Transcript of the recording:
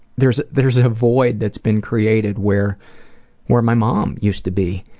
there's there's a void that's been created where where my mom used to be.